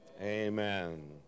Amen